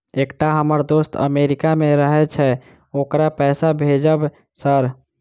एकटा हम्मर दोस्त अमेरिका मे रहैय छै ओकरा पैसा भेजब सर?